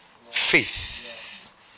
Faith